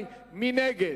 מי נגד?